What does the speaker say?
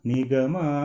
Nigama